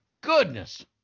goodness